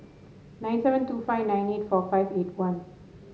nine seven two five nine eight four five eight one